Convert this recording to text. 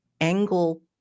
angle